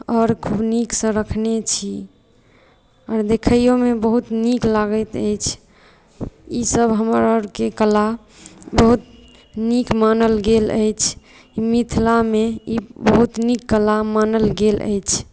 आओर खूब नीकसँ रखने छी आ देखैयोमे बहुत नीक लागैत अछि ईसभ हमर आओरके कला बहुत नीक मानल गेल अछि मिथिलामे ई बहुत नीक कला मानल गेल अछि